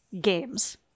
games